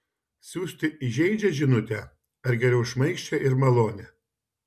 siųsti įžeidžią žinutę ar geriau šmaikščią ir malonią